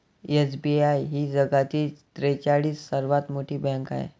SBI ही जगातील त्रेचाळीस सर्वात मोठी बँक आहे